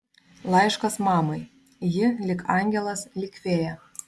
laiškas mamai ji lyg angelas lyg fėja